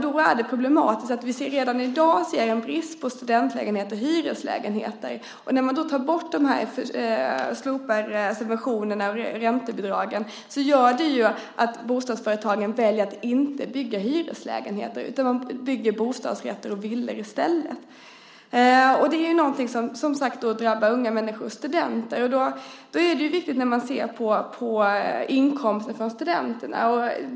Då är det problematiskt att vi redan i dag ser en brist på studentlägenheter och hyreslägenheter. När ni nu slopar subventionerna och räntebidragen gör ju det att bostadsföretagen väljer att inte bygga hyreslägenheter. I stället bygger man bostadsrätter och villor, och detta drabbar som sagt unga människor och studenter. Här är det viktigt att se till studenternas inkomster.